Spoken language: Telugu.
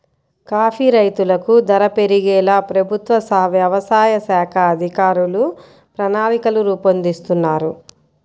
కాఫీ రైతులకు ధర పెరిగేలా ప్రభుత్వ వ్యవసాయ శాఖ అధికారులు ప్రణాళికలు రూపొందిస్తున్నారు